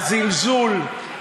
הזלזול,